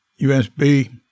USB